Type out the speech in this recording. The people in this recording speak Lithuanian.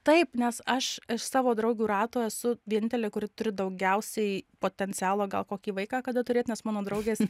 taip nes aš iš savo draugių rato esu vienintelė kuri turi daugiausiai potencialo gal kokį vaiką kada turėt nes mano draugės